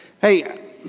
Hey